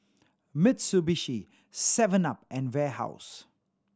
Mitsubishi seven up and Warehouse